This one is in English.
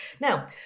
Now